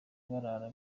barara